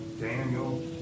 Daniel